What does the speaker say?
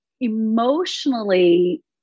emotionally